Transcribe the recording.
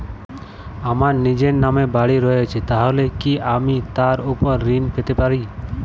আমার নিজের নামে বাড়ী রয়েছে তাহলে কি আমি তার ওপর ঋণ পেতে পারি?